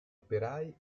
operai